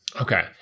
Okay